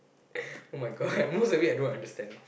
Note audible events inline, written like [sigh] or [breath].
[breath] oh-my-God most of it I don't understand